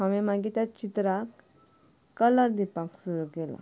हांवें मागीर ते चित्राक कलर दिवपाक सुरू केलो